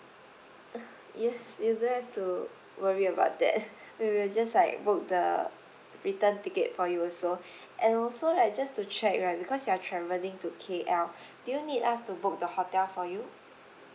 yes you don't have to worry about that we will just like book the return ticket for you also and also right just to check right because you're traveling to K_L do you need us to book the hotel for you